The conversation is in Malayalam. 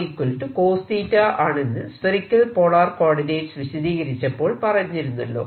r ആണെന്ന് സ്ഫറിക്കൽ പോളാർ കോർഡിനേറ്റ്സ് വീശദീകരിച്ചപ്പോൾ പറഞ്ഞിരുന്നല്ലോ